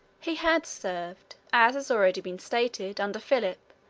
he had served, as has already been stated, under philip,